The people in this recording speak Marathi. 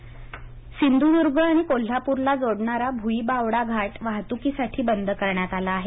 घाट बंद सिंधूद्र्ग आणि कोल्हाप्रला जोडणारा भूईबावडा घाट वाहतुकीसाठी बंद करण्यात आला आहे